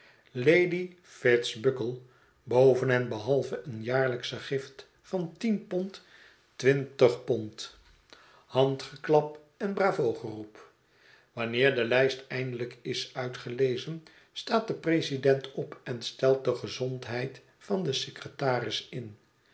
lady fitz buckle boven en behalve eene jaarlijksche gift van tien pond twintig pond handgeklap en bravogeroep wanneer de lijst eindelijk is uitgelezen staat de president op en stelt de gezondheid van den secretaris in